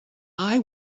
eye